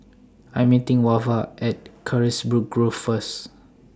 I Am meeting Wava At Carisbrooke Grove First